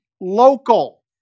local